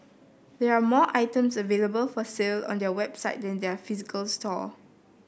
there are more items available for sale on their website than their physical store